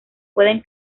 pueden